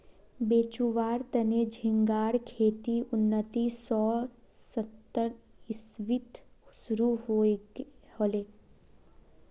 बेचुवार तने झिंगार खेती उन्नीस सौ सत्तर इसवीत शुरू हले